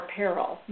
peril